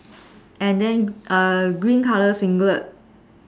and then a green colour singlet